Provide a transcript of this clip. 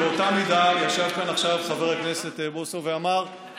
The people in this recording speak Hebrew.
באותה מידה ישב כאן עכשיו חבר הכנסת בוסו ואמר,